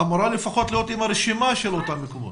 לפחות אמורה להיות לה רשימה של אותם מקומות.